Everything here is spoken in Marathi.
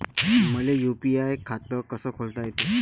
मले यू.पी.आय खातं कस खोलता येते?